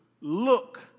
look